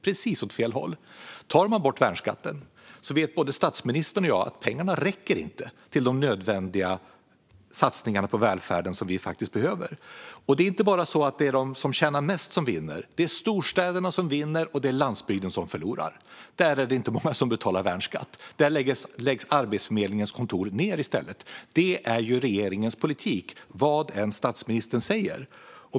Både statsministern och jag vet att om man tar bort värnskatten räcker inte pengarna till de nödvändiga satsningarna på välfärden. Det är inte bara de som tjänar mest som vinner. Det är storstäderna som vinner och landsbygden som förlorar. Där är det inte många som betalar värnskatt. Där läggs Arbetsförmedlingens kontor ned i stället. Detta är regeringens politik, vad statsministern än säger.